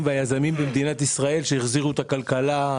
והיזמים במדינת ישראל שהחזירו את הכלכלה.